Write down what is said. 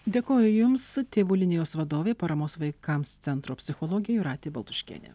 dėkoju jums tėvų linijos vadovė paramos vaikams centro psichologė jūratė baltuškienė